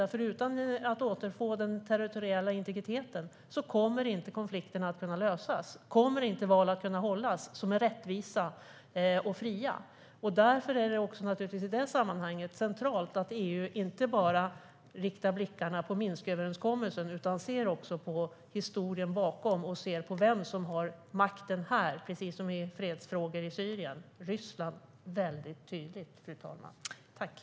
Utan att Ukraina återfår den territoriella integriteten kommer konflikten inte att kunna lösas, och val som är rättvisa och fria kommer inte att kunna hållas. Därför är det naturligtvis i det sammanhanget centralt att EU inte bara riktar blicken mot Minsköverenskommelsen utan också ser på historien bakom och, precis som när det gäller fredsfrågor i Syrien, ser på vem som har makten här. Det är väldigt tydligt Ryssland, fru talman.